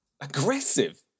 Aggressive